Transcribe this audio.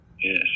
Yes